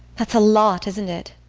that's a lot, isn't it?